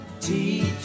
Teach